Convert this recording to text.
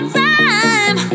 time